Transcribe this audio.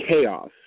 chaos